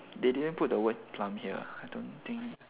they didn't put the word plum here I don't think that's